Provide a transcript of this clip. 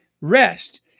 rest